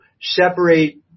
separate